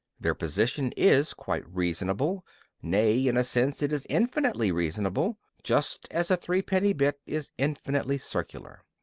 their position is quite reasonable nay, in a sense it is infinitely reasonable, just as a threepenny bit is infinitely circular.